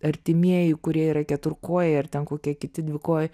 artimieji kurie yra keturkojai ar ten kokie kiti dvikojai